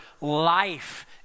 life